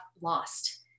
lost